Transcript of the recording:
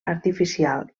artificial